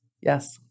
Yes